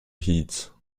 heat